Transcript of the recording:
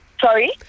sorry